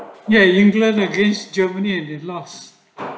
ya england again germany is last